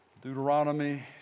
Deuteronomy